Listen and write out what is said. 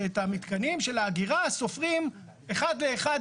שאת המתקנים של האגירה סופרים אחד לאחד,